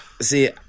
See